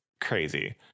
crazy